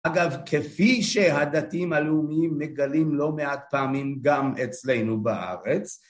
אגב, כפי שהדתיים הלאומיים מגלים לא מעט פעמים גם אצלנו בארץ